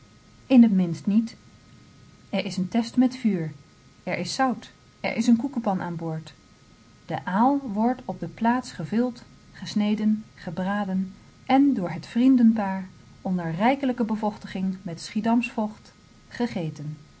in het minst niet er is een test met vuur er is zout er is een koekepan aan boord de aal wordt op de plaats gevild gesneden gebraden en door het vriendenpaar onder rijkelijke bevochtiging met schiedamsch vocht gegeten